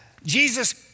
Jesus